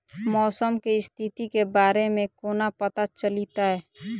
मौसम केँ स्थिति केँ बारे मे कोना पत्ता चलितै?